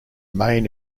main